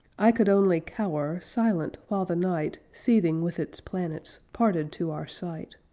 i could only cower, silent, while the night, seething with its planets, parted to our sight,